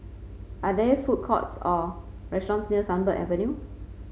are there food courts or restaurants near Sunbird Avenue